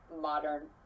modern